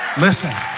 listen